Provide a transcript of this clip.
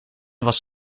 was